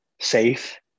safe